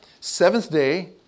Seventh-day